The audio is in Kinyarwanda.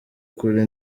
kure